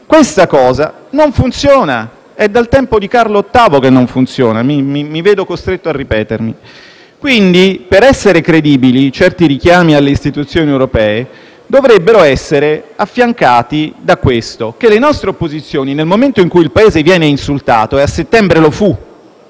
Questa cosa non funziona; è dal tempo di Carlo VIII che non funziona. Mi vedo costretto a ripetermi. Affinché certi richiami alle istituzioni europee siano credibili, dovrebbero essere affiancati da questo: che le nostre opposizioni, nel momento in cui il Paese viene insultato - e a settembre lo fu,